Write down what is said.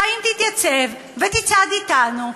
האם תתייצב ותצעד אתנו,